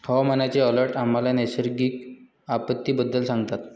हवामानाचे अलर्ट आम्हाला नैसर्गिक आपत्तींबद्दल सांगतात